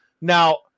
Now